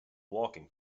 walking